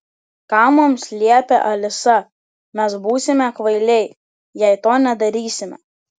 ką mums liepia alisa mes būsime kvailiai jei to nedarysime